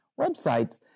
websites